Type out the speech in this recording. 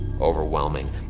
overwhelming